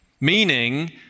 Meaning